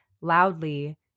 loudly